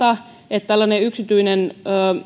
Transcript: että tällainen yksityinen